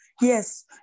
Yes